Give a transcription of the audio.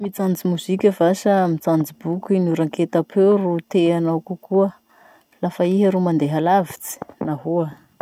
Mijanjy mozika va sa mijanjy boky noraketam-peo ro tenao kokoa ra fa iha mandeha lavitsy? Nahoa?